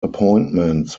appointments